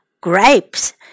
grapes